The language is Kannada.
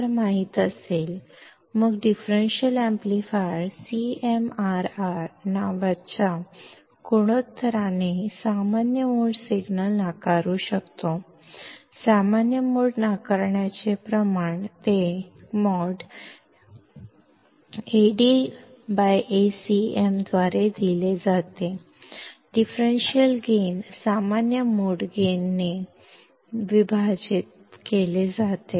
ಆದ್ದರಿಂದ ನಾನು ರೇಷ್ಯೋ ಅನ್ನು ತಿಳಿದಿದ್ದರೆ ನಂತರ ಡಿಫರೆನ್ಷಿಯಲ್ ಸಿಗ್ನಲ್ ಕಾಮನ್ ಮೋಡ್ ಸಿಗ್ನಲ್ಗಳನ್ನು CMRR ಎಂದು ಕರೆಯುವ ರೇಷ್ಯೋನಿಂದ ತಿರಸ್ಕರಿಸಬಹುದು ಕಾಮನ್ ಮೋಡ್ ರಿಜೆಕ್ಷನ್ ರೇಷ್ಯೋ ಇದನ್ನು |AdAcm| ಎಂದು ನೀಡಲಾಗಿದೆ ಡಿಫರೆನ್ಷಿಯಲ್ ಗೈನ್ ಅನ್ನು ಕಾಮನ್ ಮೋಡ್ ಗೈನ್ನಿಂದ ಭಾಗಿಸಲಾಗಿದೆ